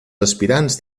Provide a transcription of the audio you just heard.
aspirants